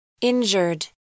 injured